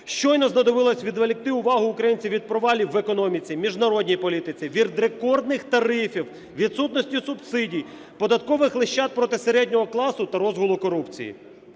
щойно знадобилося відволікти увагу українців від провалів в економіці, в міжнародній політиці, від рекордних тарифів, відсутності субсидій, податкових лещат проти середнього класу та розгулу корупції.